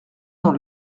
dans